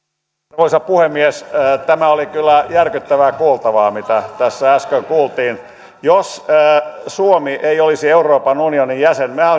arvoisa puhemies tämä oli kyllä järkyttävää kuultavaa mitä tässä äsken kuultiin jos suomi ei olisi euroopan unionin jäsen mehän